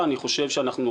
החקלאים?